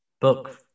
book